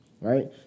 right